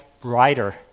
brighter